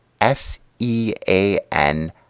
S-E-A-N